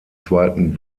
zweiten